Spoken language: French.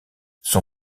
son